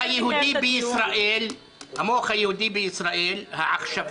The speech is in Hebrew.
המוח היהודי בישראל, העכשווי,